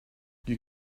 you